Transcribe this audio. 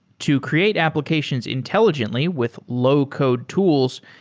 to create applications intelligently with low-code tools,